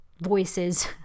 voices